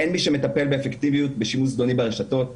אין מי שמטפל באפקטיביות בשימוש זדוני ברשתות,